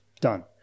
done